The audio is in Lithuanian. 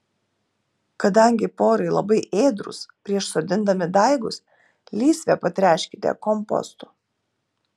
kadangi porai labai ėdrūs prieš sodindami daigus lysvę patręškite kompostu